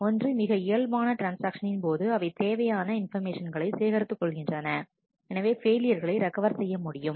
1 மிக இயல்பான ட்ரான்ஸ்ஆக்ஷனின் போது அவை தேவையான இன்பாமேஷன்களை சேகரித்து கொள்கின்றன எனவே ஃபெயிலியர்களை ரெக்கவர்செய்ய முடியும்